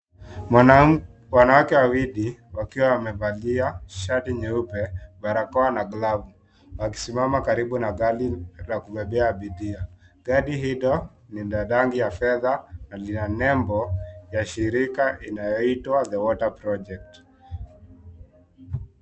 Wanawake wawili wakiwa wamevalia shati nyeupe, barakoa na glovu. Wakisimama karibu na gari la kubebea abiria. Gari hilo ni la rangi ya fedha na lina nembo ya shirika inayoitwa the water project .